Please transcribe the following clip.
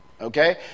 Okay